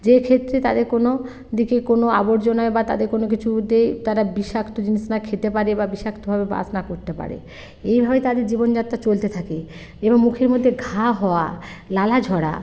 যে ক্ষেত্রে তাদের কোনো দিকে কোনো আবর্জনায় বা তাদের কোনো কিছুতেই তারা বিষাক্ত জিনিস না খেতে পারে বা বিষাক্তভাবে বাস না করতে পারে এইভাবে তাদের জীবনযাত্রা চলতে থাকে এবং মুখের মধ্যে ঘা হওয়া লালা ঝরা